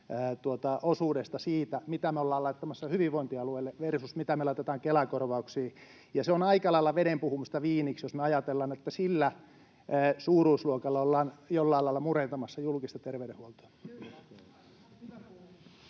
osuudesta siitä, mitä me ollaan laittamassa hyvinvointialueille versus mitä me laitetaan Kela-korvauksiin. Se on aika lailla veden puhumista viiniksi, jos me ajatellaan, että sillä suuruusluokalla ollaan jollain lailla murentamassa julkista terveydenhuoltoa.